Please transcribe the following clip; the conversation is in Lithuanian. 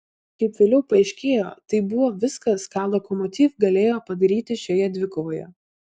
kaip vėliau paaiškėjo tai buvo viskas ką lokomotiv galėjo padaryti šioje dvikovoje